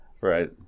Right